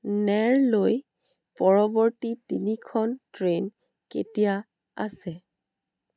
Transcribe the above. নেৰলৈ পৰৱৰ্তী তিনিখন ট্ৰেইন কেতিয়া আছে